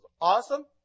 awesome